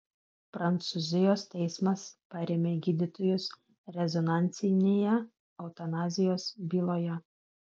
prancūzijos teismas parėmė gydytojus rezonansinėje eutanazijos byloje